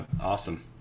Awesome